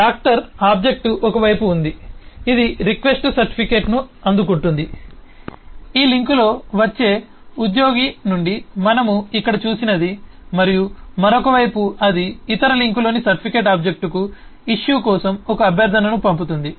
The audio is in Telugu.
డాక్టర్ ఆబ్జెక్ట్ ఒక వైపు ఉంది ఇది రిక్వెస్ట్ సర్టిఫికేట్ను అందుకుంటుంది ఈ లింక్లో వచ్చే ఉద్యోగి నుండి మనము ఇక్కడ చూసినది మరియు మరొక వైపు అది ఇతర లింక్లోని సర్టిఫికేట్ ఆబ్జెక్ట్కు ఇష్యూ కోసం ఒక అభ్యర్థనను పంపుతుంది